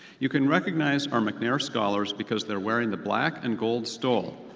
you can recognize our mcnair scholars because they're wearing the black and gold stole.